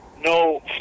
no